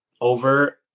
over